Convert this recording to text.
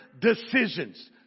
decisions